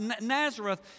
Nazareth